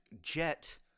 Jet